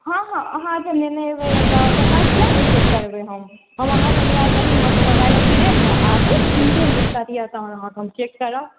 हँ हंँ अहाँकेँ लेने एबै से किया नहि चेन्ज करबै हम हम अहाँकेँ मोबाइल देलहुँ हँ तऽ ओकर गारण्टी लेब ने आब कोन कोन दिक्कत यऽ से हमरा कहु हम चेक करब